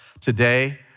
today